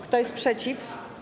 Kto jest przeciw?